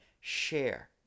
share